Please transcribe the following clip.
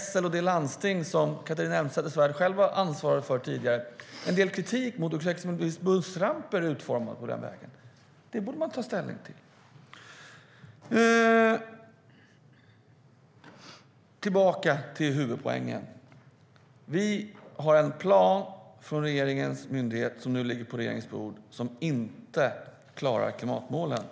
SL och det landsting som Catharina Elmsäter-Svärd själv hade ansvar för tidigare finns det en del kritik mot hur exempelvis bussramper är utformade på den vägen. Det borde man ta ställning till. Låt mig komma tillbaka till huvudpoängen. Det finns en plan från en av regeringens myndigheter som inte klarar klimatmålen.